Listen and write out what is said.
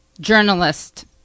journalist